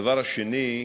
דבר שני,